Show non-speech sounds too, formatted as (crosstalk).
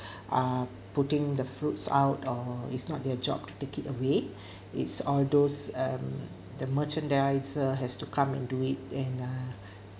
uh putting the fruits out or is not their job to take it away (breath) it's all those um the merchandiser has to come and do it and uh